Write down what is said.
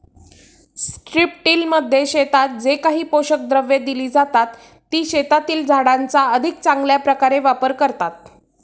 स्ट्रिपटिलमध्ये शेतात जे काही पोषक द्रव्ये दिली जातात, ती शेतातील झाडांचा अधिक चांगल्या प्रकारे वापर करतात